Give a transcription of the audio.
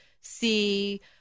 see